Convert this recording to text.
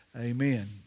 amen